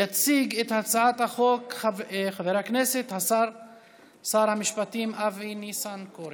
יציג את הצעת החוק שר המשפטים אבי ניסנקורן,